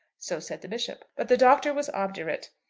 so said the bishop. but the doctor was obdurate.